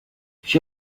she